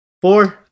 Four